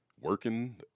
working